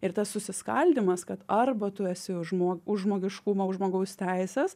ir tas susiskaldymas kad arba tu esi už žmog už žmogiškumą už žmogaus teises